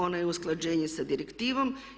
Ona je usklađenje sa direktivom.